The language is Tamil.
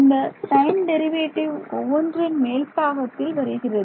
இந்த டைம் டெரிவேட்டிவ் ஒவ்வொன்றின் மேல்பாகத்தில் வருகிறது